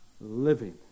living